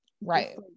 right